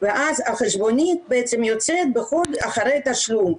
ואז החשבונית יוצאת אחרי התשלום.